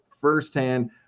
firsthand